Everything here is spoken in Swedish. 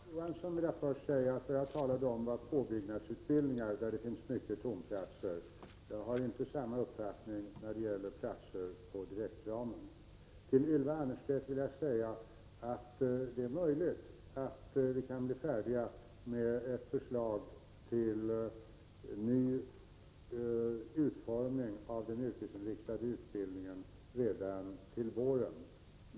Herr talman! Jag vill först säga till Larz Johansson att jag talade om påbyggnadsutbildningar, där det finns många tomma platser. Jag har inte samma uppfattning när det gäller platser i den reguljära gymnasieutbildningen. Jag vill säga till Ylva Annerstedt: Det är möjligt att vi kan bli färdiga med ett förslag till ny utformning av den yrkesinriktade utbildningen redan till våren.